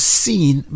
seen